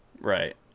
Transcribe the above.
Right